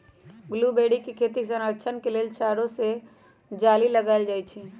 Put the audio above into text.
blueberry के खेती के संरक्षण लेल चारो ओर से जाली लगाएल जाइ छै